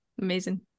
amazing